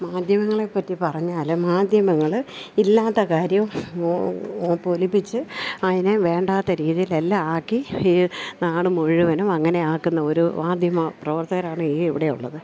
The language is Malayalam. മാധ്യമങ്ങളെപ്പറ്റി പറഞ്ഞാൽ മാധ്യമങ്ങൾ ഇല്ലാത്ത കാര്യം പൊലിപ്പിച്ചു അതിനെ വേണ്ടാത്ത രീതിയിലെല്ലാം ആക്കി ഈ നാട് മുഴുവനും അങ്ങനെ ആക്കുന്ന ഒരു മാധ്യമ പ്രവർത്തകരാണ് ഈ ഇവിടെയുള്ളത്